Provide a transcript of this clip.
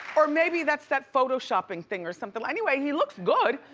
or maybe that's that photoshopping thing or something, anyway, he looks good,